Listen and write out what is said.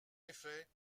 effet